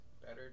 Better